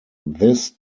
this